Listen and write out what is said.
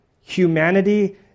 Humanity